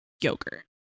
yogurt